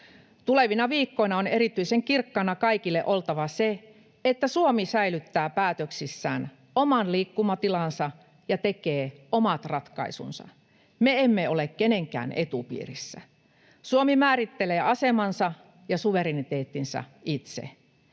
Tulevina viikkoina on erityisen kirkkaana kaikille oltava se, että Suomi säilyttää päätöksissään oman liikkumatilansa ja tekee omat ratkaisunsa. Me emme ole kenenkään etupiirissä. Suomi määrittelee asemansa ja suvereniteettinsa itse.